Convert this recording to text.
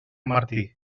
martí